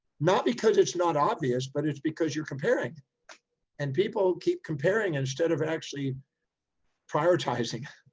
not because it's not obvious, but it's because you're comparing and people keep comparing instead of actually prioritizing.